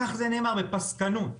כך זה נאמר, בפסקנות.